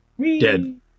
dead